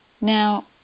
Now